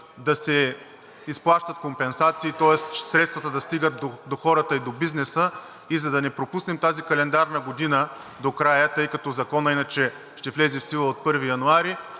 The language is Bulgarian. да се изплащат компенсации, тоест средствата да стигат до хората и до бизнеса. И за да не пропуснем тази календарна година до края, тъй като Законът иначе ще влезе в сила от 1 януари